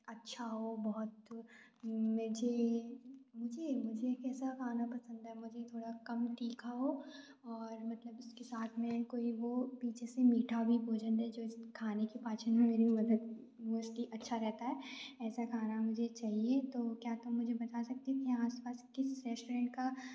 अच्छा हो बहुत मुझे मुझे कैसा खाना पसंद है मुझे थोड़ा कम तीखा हो और मतलब उसके साथ में कोई वो पीछे से मीठा भी भोजन दे जैसे खाने के पाचन में मेरी मदद मोस्टली अच्छा रहता है ऐसा खाना मुझे चाहिए तो क्या तुम मुझे बता सकती हो यहाँ आस पास किसी रेस्टोरेंट का